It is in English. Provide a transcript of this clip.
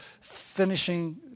finishing